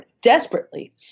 desperately